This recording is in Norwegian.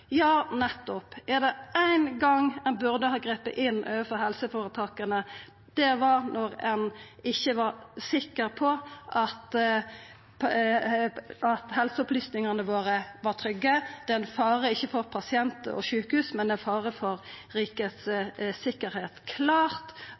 Ja, nettopp! Var det ein gong ein burde ha gripe inn overfor helseforetaka, var det når ein ikkje var sikker på at helseopplysningane våre var trygge. Det er ein fare, ikkje for pasient og sjukehus, men for rikets sikkerheit. Det er